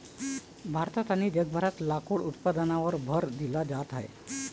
भारतात आणि जगभरात लाकूड उत्पादनावर भर दिला जात आहे